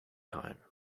time